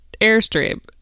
Airstream